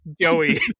Joey